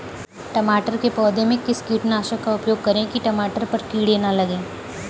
टमाटर के पौधे में किस कीटनाशक का उपयोग करें कि टमाटर पर कीड़े न लगें?